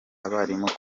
abarimu